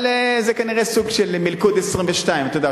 אבל זה כנראה סוג של "מלכוד 22" אתה יודע,